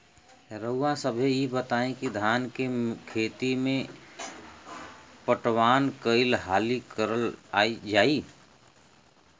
रउवा सभे इ बताईं की धान के खेती में पटवान कई हाली करल जाई?